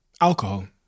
Alcohol